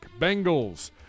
Bengals